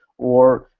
or